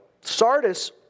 Sardis